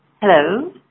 Hello